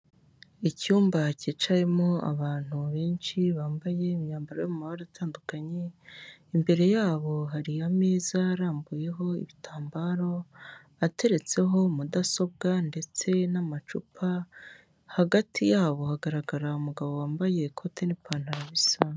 Icyumba cyicayemo abantu benshi bambaye imyambaro yo mu mabara atandukanye, imbere yabo hari ameza arambuyeho ibitambaro, ateretseho mudasobwa ndetse n'amacupa, hagati yabo hagaragara umugabo wambaye ikote n'ipantaro bisa.